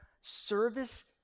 service